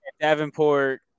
Davenport –